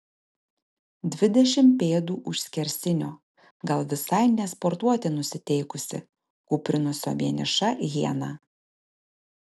dvidešimt pėdų už skersinio gal visai ne sportuoti nusiteikusi kūprinosi vieniša hiena